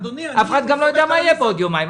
אף אחד לא יודע מה יהיה בעוד יומיים,